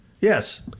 Yes